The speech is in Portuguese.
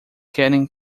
querem